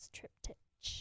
Triptych